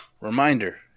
reminder